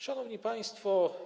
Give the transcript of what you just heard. Szanowni Państwo!